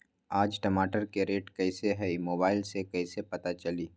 आज टमाटर के रेट कईसे हैं मोबाईल से कईसे पता चली?